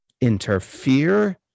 interfere